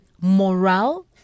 morale